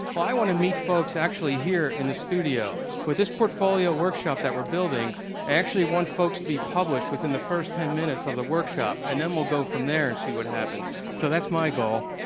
well i want to meet folks actually here in the studio. with this portfolio workshop that we're building actually want folks to be published within the first ten minutes of the workshop. and then we'll go from there and see what happens. so that's my goal.